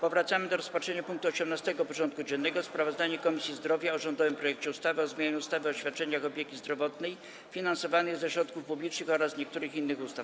Powracamy do rozpatrzenia punktu 18. porządku dziennego: Sprawozdanie Komisji Zdrowia o rządowym projekcie ustawy o zmianie ustawy o świadczeniach opieki zdrowotnej finansowanych ze środków publicznych oraz niektórych innych ustaw.